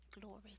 glory